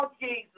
Jesus